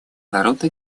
народно